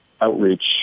outreach